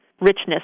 richness